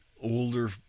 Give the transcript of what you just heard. older